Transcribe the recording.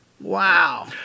Wow